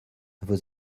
vos